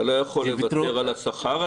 אתה לא יכול לוותר עת השכר,